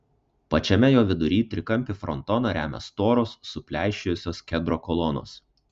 pačiame jo vidury trikampį frontoną remia storos supleišėjusios kedro kolonos